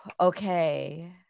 Okay